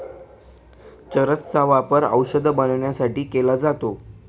चरस चा वापर औषध बनवण्यासाठी केला जातो